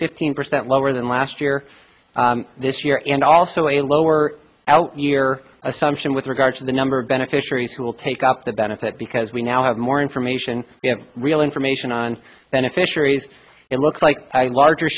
fifteen percent lower than last year this year and also a lower out year assumption with regard to the number of beneficiaries who will take up that benefit because we now have more information in real information on beneficiaries it looks like a larger